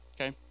Okay